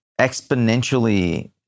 exponentially